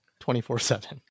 24-7